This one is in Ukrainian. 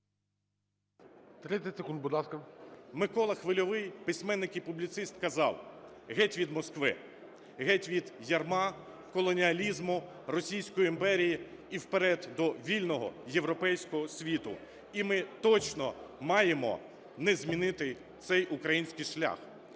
Микола Хвильовий письменник и публіцист казав: "Геть від Москви! Геть від ярма, колоніалізму, Російської імперії і вперед до вільного європейського світу!". І ми точно маємо не змінити цей український шлях.